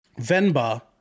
Venba